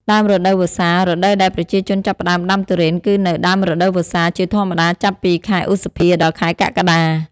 ដើមរដូវវស្សា រដូវដែលប្រជាជនចាប់ផ្ដើមដាំទុរេនគឺនៅ ដើមរដូវវស្សា ជាធម្មតាចាប់ពី ខែឧសភា ដល់ខែកក្កដា។